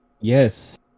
Yes